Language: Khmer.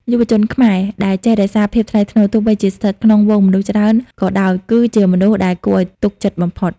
យុវជនខ្មែរដែលចេះ "រក្សាភាពថ្លៃថ្នូរ" ទោះបីជាស្ថិតក្នុងហ្វូងមនុស្សច្រើន ក៏ដោយ គឺជាមនុស្សដែលគួរឱ្យទុកចិត្តបំផុត។